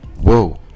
Whoa